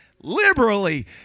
liberally